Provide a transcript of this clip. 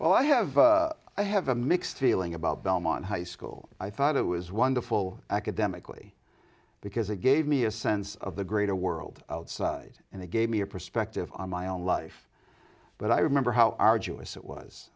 well i have i have a mixed feeling about belmont high school i thought it was wonderful academically because it gave me a sense of the greater world outside and it gave me a perspective on my own life but i remember how arduous it was